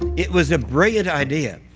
it was a brilliant idea.